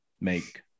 make